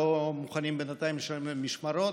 שלא מוכנים בינתיים לשלם להן על משמרות,